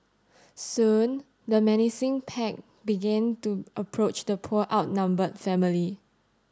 soon the menacing pack began to approach the poor outnumbered family